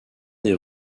des